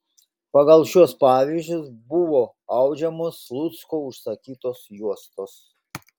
pagal šiuos pavyzdžius buvo audžiamos slucko užsakytos juostos